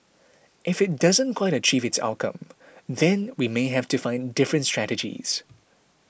if it doesn't quite achieve its outcome then we may have to find different strategies